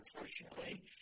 unfortunately